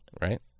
Right